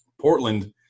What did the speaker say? Portland